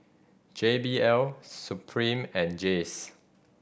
J B L Supreme and Jays